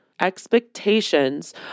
expectations